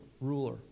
ruler